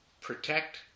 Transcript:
protect